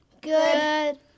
Good